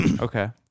Okay